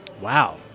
Wow